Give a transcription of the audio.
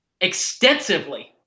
Extensively